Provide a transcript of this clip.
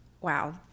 Wow